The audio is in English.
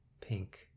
pink